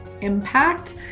impact